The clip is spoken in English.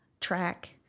track